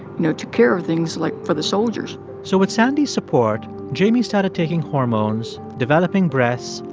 know, took care of things, like, for the soldiers so with sandy's support, jamie started taking hormones, developing breasts,